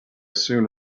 soon